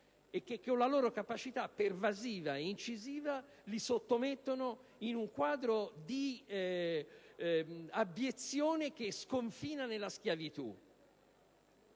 e che con loro capacità pervasiva ed incisiva li sottomettono in un quadro di abiezione che sconfina nella schiavitù.